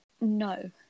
no